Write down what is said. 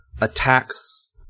attacks